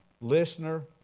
listener